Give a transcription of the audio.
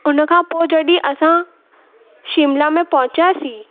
उन खां पोइ जॾहिं असां शिमला में पहुचियासीं